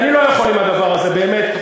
אני לא יכול עם הדבר הזה, באמת.